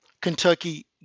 Kentucky